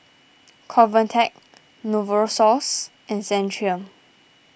Convatec Novosource and Centrum